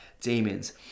demons